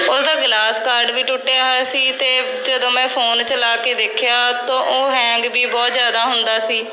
ਉਹਦਾ glass guard ਵੀ ਟੁੱਟਿਆ ਹੋਇਆ ਸੀ ਅਤੇ ਜਦੋਂ ਮੈਂ ਫ਼ੋਨ ਚਲਾ ਕੇ ਦੇਖਿਆ ਤਾਂ ਉਹ ਹੈਂਗ ਵੀ ਬਹੁਤ ਜ਼ਿਆਦਾ ਹੁੰਦਾ ਸੀ